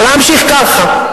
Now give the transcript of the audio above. ולהמשיך ככה.